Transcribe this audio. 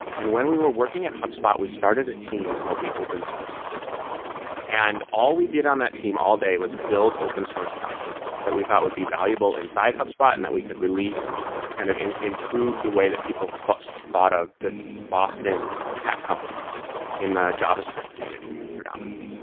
and when we were working at hubspot, we started a team called the open source team and all we did on that team all day was build open source projects that we thought would be valuable inside hubspot and that we could release and kind of improve the way that people thought so thought of this boston tech company in the javascript community predominantly.